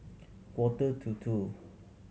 quarter to two